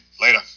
Later